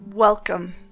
Welcome